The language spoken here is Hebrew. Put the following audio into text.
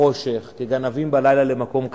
בחושך, כגנבים בלילה, למקום כזה?